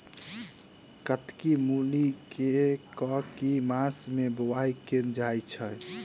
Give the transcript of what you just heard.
कत्की मूली केँ के मास मे बोवाई कैल जाएँ छैय?